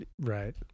Right